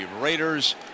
Raiders